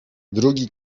drugi